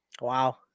Wow